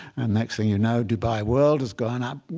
and next thing you know, dubai world has gone up.